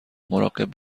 مراقب